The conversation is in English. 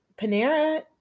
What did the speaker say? Panera